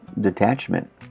detachment